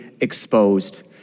exposed